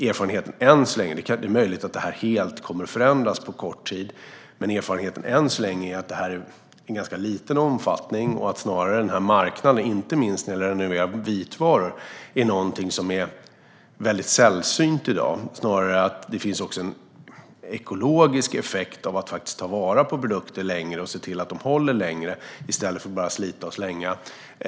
Erfarenheten än så länge - det är möjligt att detta helt kommer att förändras på kort tid - är att detta har en ganska liten omfattning och att inte minst marknaden när det gäller att renovera vitvaror är väldigt liten i dag. Det är väldigt sällsynt i dag. Det finns dock en ekologisk effekt av att faktiskt ta vara på produkter och se till att de håller längre i stället för att bara slita och slänga.